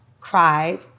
cried